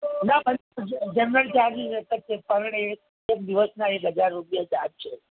ના general charges એક જ છે પર ડે એક દિવસના એક હજાર રૂપિયા ચાર્જ છે